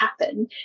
happen